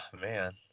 man